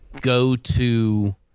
go-to